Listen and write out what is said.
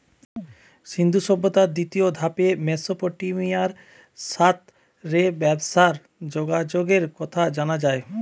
সিন্ধু সভ্যতার দ্বিতীয় ধাপে মেসোপটেমিয়ার সাথ রে ব্যবসার যোগাযোগের কথা জানা যায়